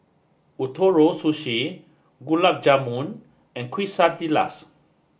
Ootoro Sushi Gulab Jamun and Quesadillas